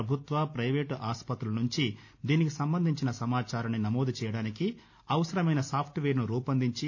పభుత్వ పైవేటు ఆసుపత్రుల నుంచి దీనికి సంబంధించిన సమాచారాన్ని నమోదు చేయడానికి అవసరమైన సాఫ్ల్వేర్ను రూపొందించింది